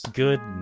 good